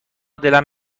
دلم